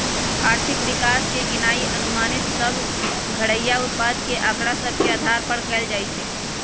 आर्थिक विकास के गिननाइ अनुमानित सभ घरइया उत्पाद के आकड़ा सभ के अधार पर कएल जाइ छइ